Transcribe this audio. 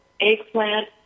eggplant